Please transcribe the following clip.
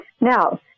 Now